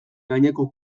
gaineko